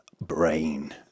brain